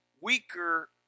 weaker